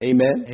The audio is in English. Amen